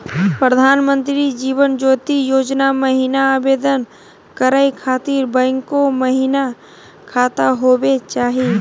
प्रधानमंत्री जीवन ज्योति योजना महिना आवेदन करै खातिर बैंको महिना खाता होवे चाही?